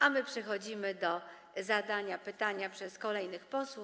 A my przechodzimy do zadania pytania przez kolejnych posłów.